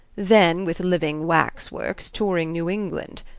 then with living wax-works, touring new england.